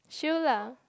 shield lah